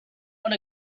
want